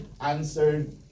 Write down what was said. answered